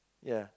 ya